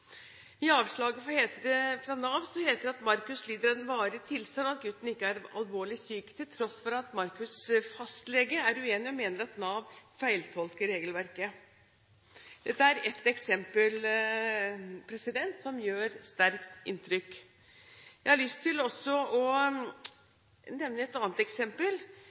I avslaget fra Nav heter det at Markus lider av en varig tilstand, og at gutten ikke er alvorlig syk, til tross for at Markus' fastlege er uenig og mener at Nav feiltolker regelverket. Dette er ett eksempel som gjør sterkt inntrykk. Jeg har også lyst til å nevne et annet eksempel.